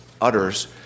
utters